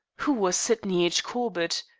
who was sydney h. corbett?